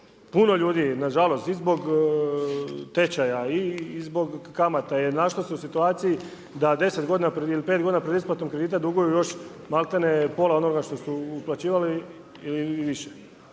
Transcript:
puno ljudi nažalost i zbog tečaja i zbog kamata je našla se u situaciji da 10 godina…/Govornik se ne razumije/…5 godina pred isplatom kredita duguju još malti ne, pola onoga što su uplaćivali ili više,